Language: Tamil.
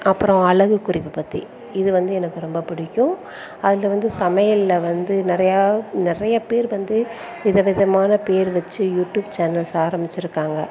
அப்பறம் அழகு குறிப்பை பற்றி இது வந்து எனக்கு ரொம்ப பிடிக்கும் அதில் வந்து சமையல்ல வந்து நிறையா நிறைய பேர் வந்து வித விதமான பேர் வச்சி யூடூப் சேனல்ஸ் ஆரமிச்சிருக்காங்க